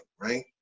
right